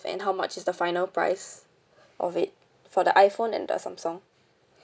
and how much is the final price of it for the iphone and the samsung